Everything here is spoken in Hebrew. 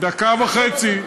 כמה דקות, דקה וחצי.